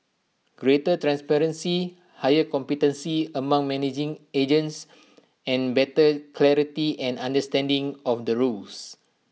greater transparency higher competency among managing agents and better clarity and understanding of the rules